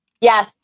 Yes